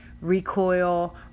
recoil